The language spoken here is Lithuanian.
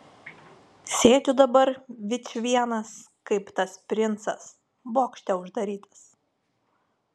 sėdžiu dabar vičvienas kaip tas princas bokšte uždarytas